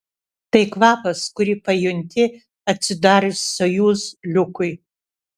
tai kvapas kurį pajunti atsidarius sojuz liukui